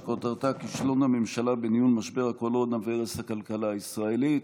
שכותרתה: כישלון הממשלה בניהול משבר הקורונה והרס הכלכלה הישראלית.